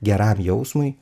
geram jausmui